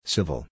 Civil